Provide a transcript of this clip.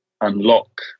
unlock